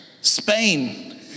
Spain